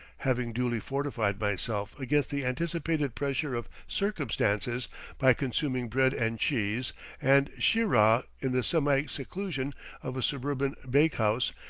having duly fortified myself against the anticipated pressure of circumstances by consuming bread and cheese and sheerah in the semi-seclusion of a suburban bake-house,